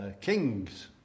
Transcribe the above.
kings